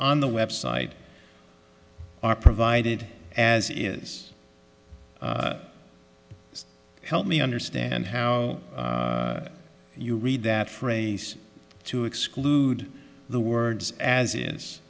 on the website are provided as is help me understand how you read that phrase to exclude the words as it is